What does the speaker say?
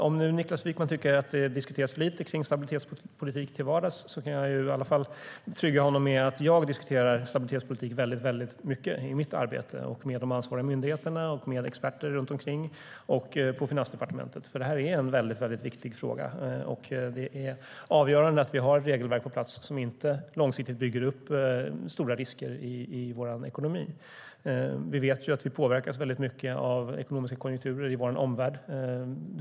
Om nu Niklas Wykman tycker att det diskuteras för lite om stabilitetspolitik till vardags kan jag trösta honom med att jag diskuterar stabilitetspolitik mycket i mitt arbete. Jag diskuterar med ansvariga myndigheter, experter och på Finansdepartementet. Detta är en väldigt viktig fråga, och det är avgörande att vi har ett regelverk på plats som långsiktigt inte bidrar till att bygga upp stora risker i vår ekonomi. Vi vet att vi påverkas mycket av ekonomiska konjunkturer i vår omvärld.